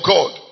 God